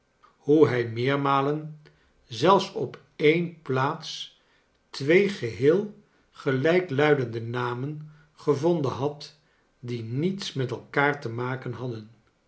hoe hij meermalen zelfs op een plaats twee geheel gelijkluidende namen gevonden had die niets met elkaar te maken hadden